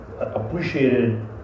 appreciated